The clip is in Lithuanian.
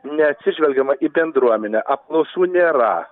neatsižvelgiama į bendruomenę apklausų nėra